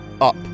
Up